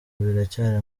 biracyari